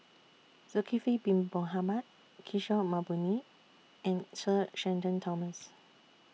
Zulkifli Bin Mohamed Kishore Mahbubani and Sir Shenton Thomas